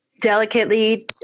delicately